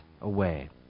away